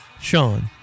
Sean